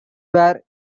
were